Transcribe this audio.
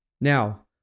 Now